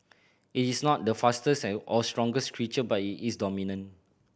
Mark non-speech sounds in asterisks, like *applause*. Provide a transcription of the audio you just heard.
it is not the fastest *unintelligible* or strongest creature but it is dominant